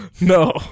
No